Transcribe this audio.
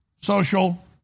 social